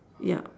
yup